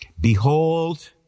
behold